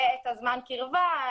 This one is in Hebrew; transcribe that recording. ואת זמן הקירבה,